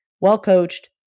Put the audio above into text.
Well-coached